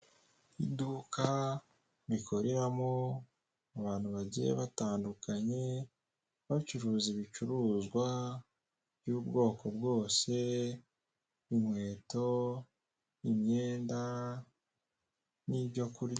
Ni muri gare hari haparitse imodoka za kwasiteri zikoreshwa na ajanse ya sitela.